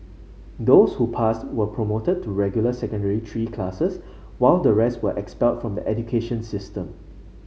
those who passed were promoted to regular Secondary Three classes while the rest were expelled from the education system